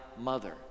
mother